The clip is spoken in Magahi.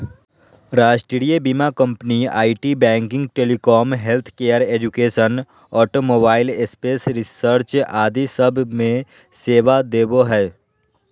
राष्ट्रीय बीमा company IT, banking, telecom, healthcare, education, automobile, space research आदि सब मे सेवा देवो हय